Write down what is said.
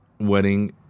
wedding